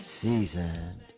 season